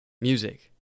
Music